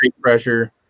pressure